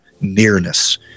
nearness